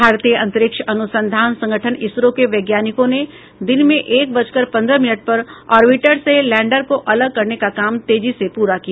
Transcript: भारतीय अंतरिक्ष अनुसंधान संगठन इसरो के वैज्ञानिकों ने दिन में एक बजकर पंद्रह मिनट पर ऑर्बिटर से लैण्डर को अलग करने का काम तेजी से पूरा किया